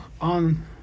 on